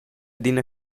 d’ina